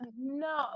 No